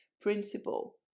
principle